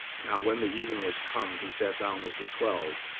now, when the even was come, he sat down with the twelve.